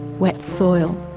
wet soil.